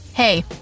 Hey